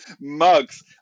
Mugs